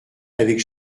avec